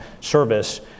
service